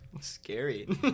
Scary